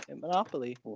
monopoly